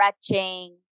stretching